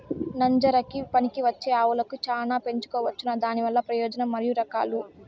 నంజరకి పనికివచ్చే ఆవులని చానా పెంచుకోవచ్చునా? దానివల్ల ప్రయోజనం మరియు రకాలు?